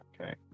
okay